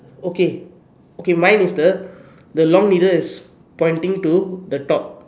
okay okay mine is the the long needle is pointing to the top